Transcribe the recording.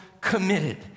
committed